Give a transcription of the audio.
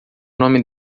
nome